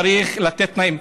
צריך לתת תנאים.